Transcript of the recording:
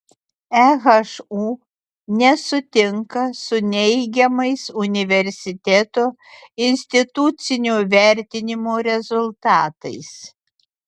ehu nesutinka su neigiamais universiteto institucinio vertinimo rezultatais